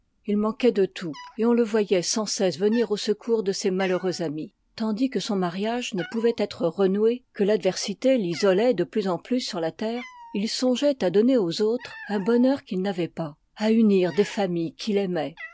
il manquoit de tout et on le voyoit sans cesse venir au secours de ses malheureux amis tandis que son mariage ne pouvoit être renoué que l'adversité l'isoloit de plus en plus sur la terre il songeoit à donner i part anx autre un bonheur qu'il n'avoit pas à liv iii unir des familles qu'il aimoit